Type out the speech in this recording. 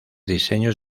diseños